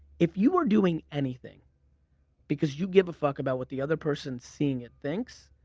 if you were doing anything because you give a fuck about what the other person's seeing it thinks,